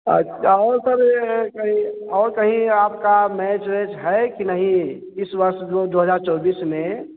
अच्छा और सर ये कही और कही आपका मैच वैच है कि नहीं इस वर्ष जो दो हजार चौबिस में